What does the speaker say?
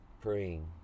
praying